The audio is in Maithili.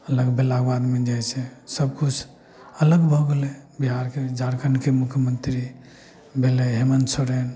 अलग भेलाके बादमे जे हइ से सब किछु अलग भऽ गेलय बिहारके झारखण्डके मुख्यमन्त्री भेलय हेमन्त सोरेन